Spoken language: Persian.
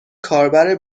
کاربر